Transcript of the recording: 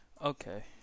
Okay